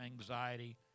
anxiety